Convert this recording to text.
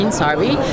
sorry